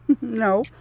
No